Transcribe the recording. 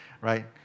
right